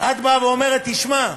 את באה ואומרת: תשמע,